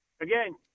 again